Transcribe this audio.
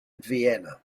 vienna